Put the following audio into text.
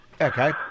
Okay